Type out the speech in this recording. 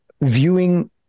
viewing